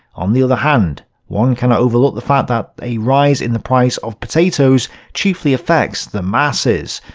on the other hand one cannot overlook the fact that a raise in the price of potatoes chiefly affects the masses,